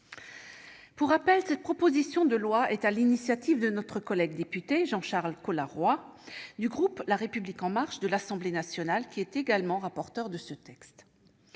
Pour rappel, cette proposition de loi a été déposée sur l'initiative de notre collègue député Jean-Charles Colas-Roy, membre du groupe La République En Marche de l'Assemblée nationale, qui est également rapporteur de ce texte.